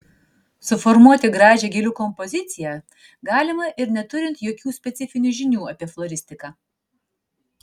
suformuoti gražią gėlių kompoziciją galima ir neturint jokių specifinių žinių apie floristiką